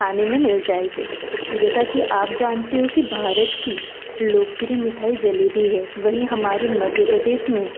खाने में मिल जाएगी जैसा कि आप जानते हो कि भारत की लोकप्रिय मिठाई जलेबी है वहीं हमारे मध्य प्रदेश में